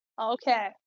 Okay